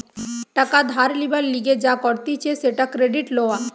টাকা ধার লিবার লিগে যা করতিছে সেটা ক্রেডিট লওয়া